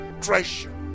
treasure